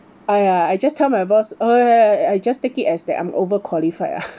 !aiya! I just tell my boss I just take it as that I'm overqualified ah